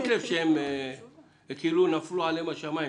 שמת לב שכאילו נפלו השמים,